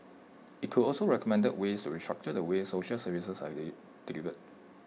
IT could also recommend ways to restructure the way social services are delivered